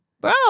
Bro